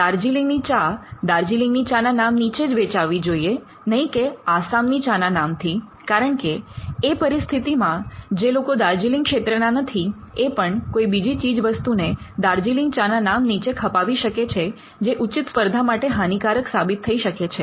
દાર્જીલિંગની ચા "દાર્જિલિંગની ચા" ના નામ નીચે જ વેચાવી જોઈએ નહીં કે "આસામની ચા" ના નામથી કારણકે એ પરિસ્થિતિમાં જે લોકો દાર્જીલિંગ ક્ષેત્રના નથી એ પણ કોઈ બીજી ચીજવસ્તુ ને દાર્જિલિંગ ચા ના નામ નીચે ખપાવી શકે છે જે ઉચિત સ્પર્ધા માટે હાનિકારક સાબિત થઈ શકે છે